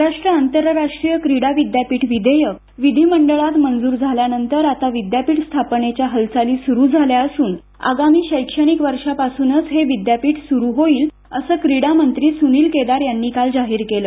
महाराष्ट्र आंतरराष्ट्रीय क्रीडा विद्यापीठ विधेयक विधिमंडळात मंजूर झाल्यानंतर आता विद्यापीठ स्थापनेच्या हालचाली सुरू झाल्या असून आगामी शैक्षणिक वर्षापासूनच हे विद्यापीठ सुरू होईल असं क्रीडामंत्री सुनील केदार यांनी काल जाहीर केलं